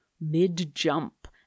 mid-jump